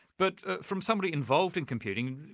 but from somebody involved in computing,